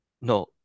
no